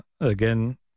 again